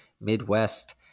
Midwest